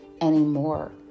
anymore